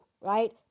right